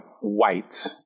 white